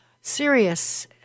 serious